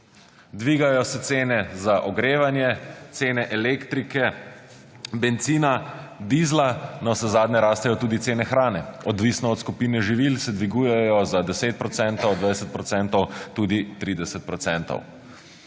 Dvigajo se cene za ogrevanje, cene elektrike, bencina, dizla, navsezadnje rastejo tudi cene hrane, odvisno od skupine živil se dvigujejo za 10 procentov, 20